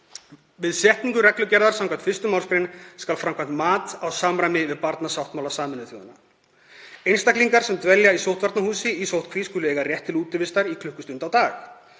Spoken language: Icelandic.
Við setningu reglugerðar skv. 1. mgr. skal framkvæmt mat á samræmi við barnasáttmála Sameinuðu þjóðanna. Einstaklingar sem dvelja í sóttvarnahúsi í sóttkví skulu eiga rétt til útivistar í klukkustund á dag.